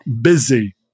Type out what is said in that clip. Busy